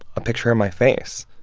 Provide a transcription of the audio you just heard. a picture of my face,